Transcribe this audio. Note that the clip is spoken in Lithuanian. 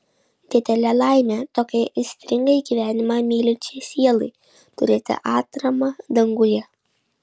didelė laimė tokiai aistringai gyvenimą mylinčiai sielai turėti atramą danguje